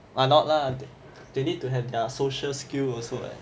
ah not lah they need to have their social skill also what